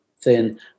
thin